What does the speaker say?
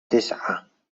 تسعة